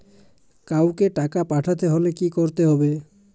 কাওকে টাকা পাঠাতে হলে কি করতে হবে?